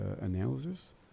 analysis